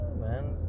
man